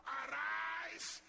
arise